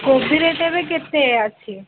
କୋବି ରେଟ୍ ଏବେ କେତେ ଅଛି